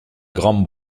grand